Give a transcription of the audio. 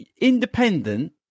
independent